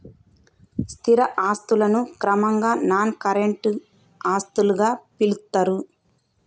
స్థిర ఆస్తులను క్రమంగా నాన్ కరెంట్ ఆస్తులుగా పిలుత్తరు